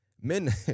Men